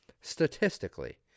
Statistically